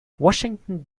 washington